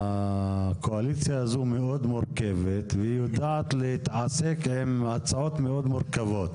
הקואליציה הזאת מאוד מורכבת והיא יודעת להתעסק עם הצעות מאוד מורכבות.